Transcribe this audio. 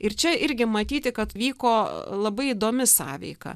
ir čia irgi matyti kad vyko labai įdomi sąveika